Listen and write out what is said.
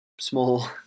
small